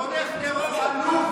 תומך טרור עלוב.